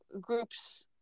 groups